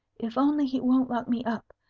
if only he won't lock me up!